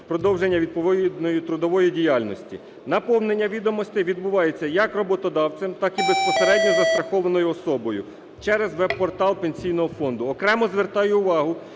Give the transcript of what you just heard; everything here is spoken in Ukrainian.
продовження відповідної трудової діяльності. Наповнення відомостей відбувається як роботодавцем, так і безпосередньо застрахованою особою через веб-портал Пенсійного фонду. Окремо звертаю увагу,